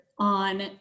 On